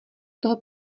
toho